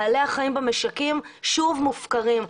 בעלי החיים במשקים שוב מופקרים.